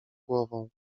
głową